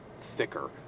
thicker